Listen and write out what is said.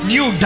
New